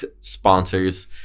sponsors